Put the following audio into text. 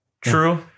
True